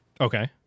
Okay